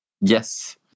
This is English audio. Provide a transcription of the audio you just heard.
Yes